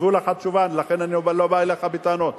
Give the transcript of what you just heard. כתבו לך תשובה, ולכן אני לא בא אליך בטענות.